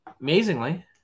amazingly